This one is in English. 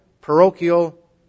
parochial